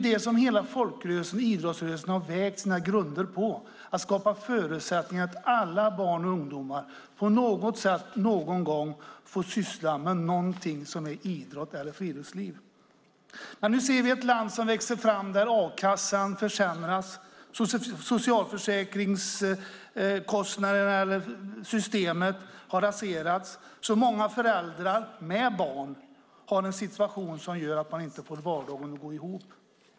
Det som hela folkrörelsen och idrottsrörelsen har vägt sina grunder på är att skapa förutsättningar för att alla barn och ungdomar på något sätt någon gång ska få syssla med någonting som är idrott eller friluftsliv. Men nu ser vi ett land som växer fram där a-kassan försämras och socialförsäkringssystemet har raserats så att många föräldrar med barn har en situation som gör att man inte får vardagen att gå ihop.